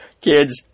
kids